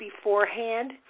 beforehand